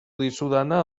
dizudana